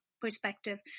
perspective